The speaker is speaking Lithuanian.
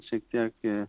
šiek tiek